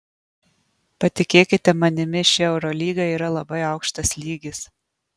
patikėkite manimi ši eurolyga yra labai aukštas lygis